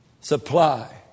Supply